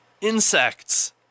Insects